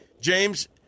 James